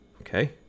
Okay